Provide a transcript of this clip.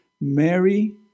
Mary